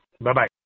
Bye-bye